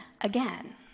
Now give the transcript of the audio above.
again